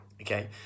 Okay